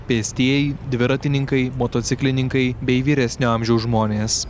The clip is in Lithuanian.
pėstieji dviratininkai motociklininkai bei vyresnio amžiaus žmonės